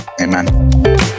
amen